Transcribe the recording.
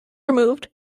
removed